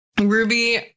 Ruby